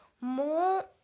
more